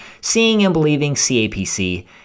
seeingandbelievingcapc